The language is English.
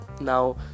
now